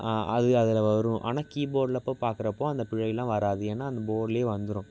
அது அதில் வரும் ஆனால் கிபோர்ட்டில் அப்போ பார்க்குறப்போ அந்த பிழைலாம் வராது ஏன்னா அந்த போர்ட்டில் வந்துடும்